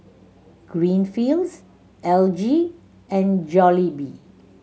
Greenfields L G and Jollibee